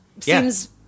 seems